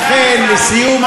לסיום,